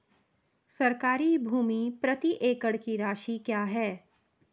सरकारी भूमि प्रति एकड़ की राशि क्या है?